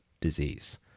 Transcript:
disease